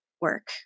work